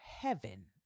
heaven